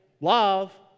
love